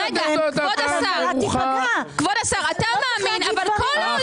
כפי שהיה בשנים